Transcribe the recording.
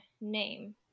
name